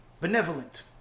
benevolent